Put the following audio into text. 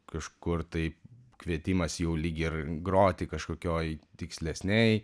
kažkur tai kvietimas jau lyg ir groti kažkokioj tikslesnėj